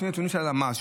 לפי הנתונים של הלמ"ס,